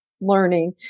learning